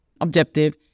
objective